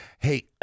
Hey